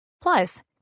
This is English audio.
Plus